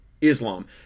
Islam